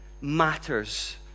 matters